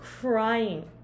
crying